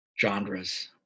genres